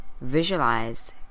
visualize